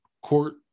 court